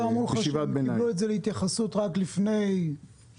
כרגע אמרו לך שהם קיבלו את זה להתייחסות רק לפני יומיים-שלושה.